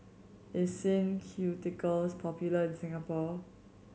is Sin Ceuticals popular in Singapore